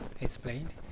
explained